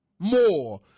More